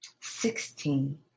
sixteen